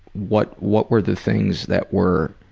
what what were the things that were,